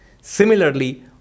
Similarly